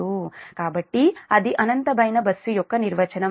కాబట్టి అది అనంతమైన బస్సు యొక్క నిర్వచనం